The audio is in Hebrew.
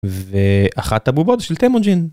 ואחת הבובות היא של תמונג'ין.